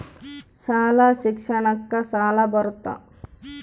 ಶಾಲಾ ಶಿಕ್ಷಣಕ್ಕ ಸಾಲ ಬರುತ್ತಾ?